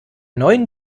neuen